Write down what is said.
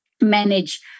manage